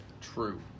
True